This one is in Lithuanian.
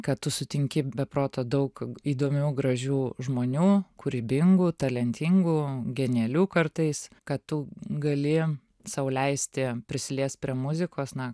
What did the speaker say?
kad tu sutinki be proto daug įdomių gražių žmonių kūrybingų talentingų genialių kartais kad tu gali sau leisti prisiliest prie muzikos na